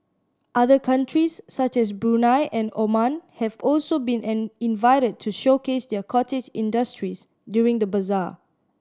other countries such as Brunei and Oman have also been an invited to showcase their cottage industries during the bazaar